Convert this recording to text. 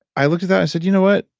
i looked at that and said, you know what,